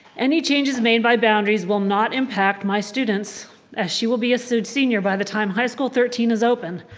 any changes made by boundaries will not impact my students as she will be a so senior by the time high school thirteen is open.